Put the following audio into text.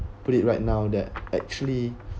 put it right now that actually